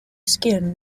skin